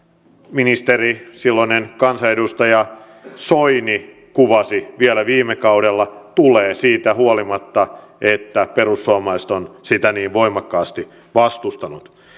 ministeri silloinen kansanedustaja soini kuvasi vielä viime kaudella tulee siitä huolimatta että perussuomalaiset ovat sitä niin voimakkaasti vastustaneet